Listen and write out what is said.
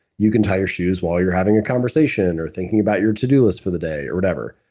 you can tie your shoes while you're having a conversation or thinking about your to-do list for the day or whatever.